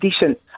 decent